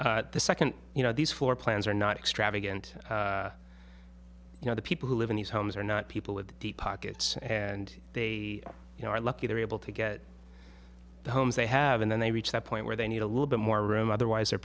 but the second you know these floor plans are not extravagant you know the people who live in these homes are not people with deep pockets and they you know are lucky they're able to get the homes they have and then they reach that point where they need a little bit more room otherwise they're